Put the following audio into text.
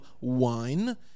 wine